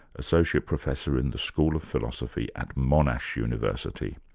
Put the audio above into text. associate professor in the school of philosophy at monash university.